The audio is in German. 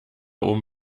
oben